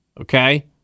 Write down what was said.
Okay